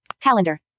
calendar